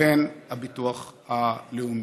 לבין ביטוח לאומי,